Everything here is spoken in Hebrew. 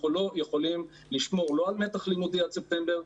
אנחנו לא יכולים לשמור לא על מתח לימודי עד ספטמבר.